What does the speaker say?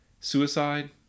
suicide